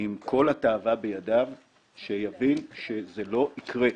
וכל תאוותו בידו צריך להבין שזה לא יקרה.